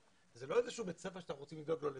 זה לא איזה בית ספר שרוצים לדאוג לו נקודתית,